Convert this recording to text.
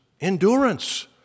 endurance